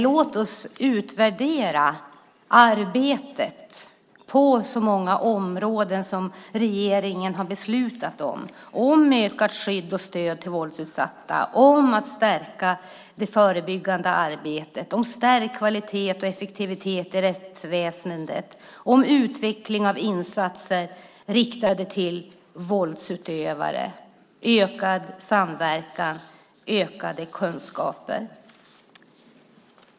Låt oss utvärdera arbetet på de många områden som regeringen har beslutat om. Det handlar om ökad skydd och stöd till våldsutsatta, att stärka det förebyggande arbetet, stärkt kvalitet och effektivitet i rättsväsendet, utveckling av insatser riktade till våldsutövare, ökad samverkan och ökade kunskaper.